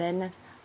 then